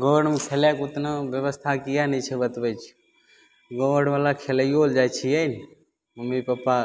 गाँव आओरमे खेलयके उतना व्यवस्था किएक नहि छै बतबय छियौ गाँव आओरवला खेलैइयो लए जाइ छियै मम्मी पापा